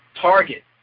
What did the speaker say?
Target